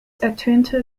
ertönte